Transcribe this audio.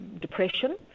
depression